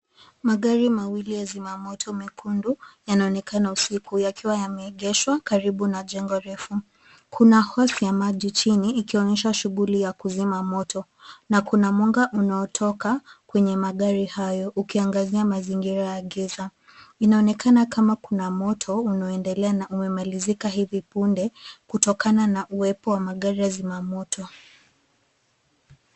Magari mawili ya zimamoto mekundu yanaonekana usiku yakiwa yameegeshwa karibu na jengo refu. Kuna hosi ya maji chini ikionyesha shughuli ya kuzima moto na kuna mwanga unaotoka kwenye magari hayo ukiangazia mazingira ya giza. Inaonekana kama kuna moto unaoendelea na umemalizika hivi punde kutokana na uwepo wa magari ya zimamoto.